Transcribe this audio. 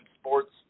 Sports